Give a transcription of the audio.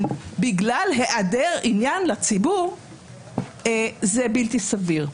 בגלל היעדר עניין לציבור זה בלתי סביר.